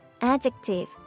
Adjective